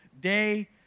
day